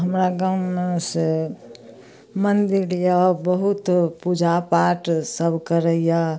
हमरा गाममे से मन्दिर अइ बहुत पूजा पाठसब करैए